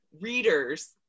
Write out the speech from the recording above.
readers